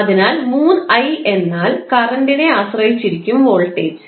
അതിനാൽ 3i എന്നാൽ കറൻറിനെ ആശ്രയിച്ചിരിക്കും വോൾട്ടേജ്